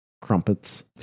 crumpets